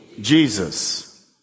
Jesus